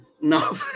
No